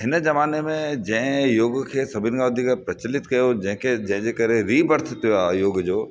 हिन ज़माने में जंहिं योग खे सभिनि खां वधीक प्रचलित कयो जंहिंखें जंहिंजे करे रीबर्थ थियो आहे योग जो